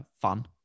fun